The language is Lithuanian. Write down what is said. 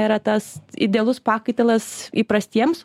yra tas idealus pakaitalas įprastiems